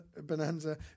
Bonanza